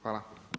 Hvala.